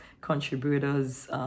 contributors